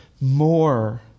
more